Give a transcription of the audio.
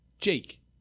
Jake